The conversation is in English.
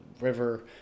river